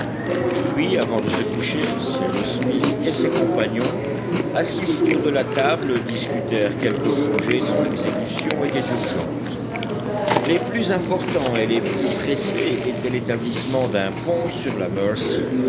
puis avant de se coucher cyrus smith et ses compagnons assis autour de la table discutèrent quelques projets dont l'exécution était urgente les plus importants et les plus pressés étaient l'établissement d'un pont sur la